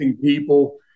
people